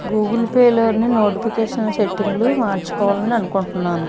Google పేలోని notification సిట్టింగ్లు మార్చుకోవాలని అనుకుంటున్నాను